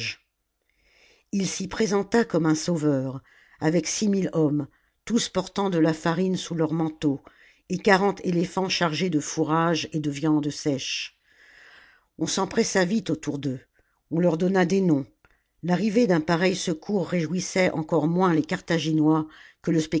ii s'y présenta comme un sauveur avec six mille hommes tous portant de la farine sous leurs manteaux et quarante éléphants chargés de fourrages et de viandes sèches on s'empressa vite autour d'eux on leur donna des noms l'arrivée d'un pareil secours réjouissait encore moins les carthaginois que le